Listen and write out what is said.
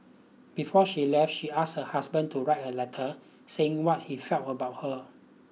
before she left she asked her husband to write a letter saying what he felt about her